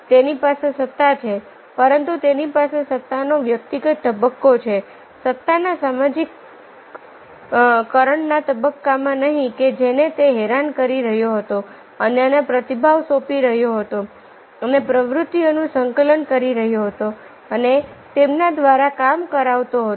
તેની પાસે સત્તા છે પરંતુ તેની પાસે સત્તા નો વ્યક્તિગત તબક્કો છે સત્તાના સામાજિક કરણના તબક્કામાં નહીં કે જેને તે હેરાન કરી રહ્યો હતોઅન્યને પ્રતિભાવ સોંપી રહ્યો હતો અને પ્રવૃત્તિઓનું સંકલન કરી રહ્યો હતો અને તેમના દ્વારા કામ કરાવતો હતો